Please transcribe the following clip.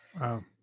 Wow